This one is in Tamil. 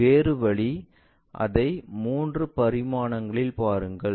வேறு வழி அதை மூன்று பரிமாணங்களில் பாருங்கள்